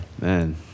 Man